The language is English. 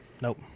Nope